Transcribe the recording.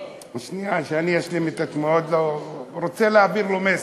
שנייה, שאני אשלים, אני רוצה להעביר לו מסר.